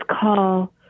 call